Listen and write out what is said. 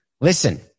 listen